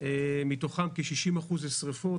מתוכם כ-60% זה שריפות,